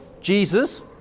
Jesus